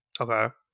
Okay